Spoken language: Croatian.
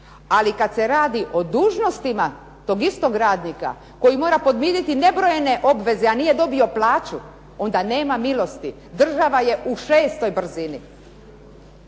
Ali kad se radi o dužnostima tog istog radnika koji mora podmiriti nebrojene obveze, a nije dobio plaću onda nema milosti, država je u šestoj brzini.